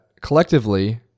collectively